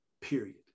period